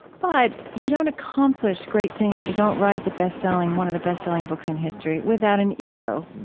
but you don't accomplish great things, you don't write the best-selling one of the best-selling books in history without an ego,